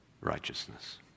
righteousness